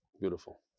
Beautiful